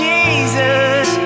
Jesus